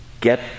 Get